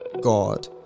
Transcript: God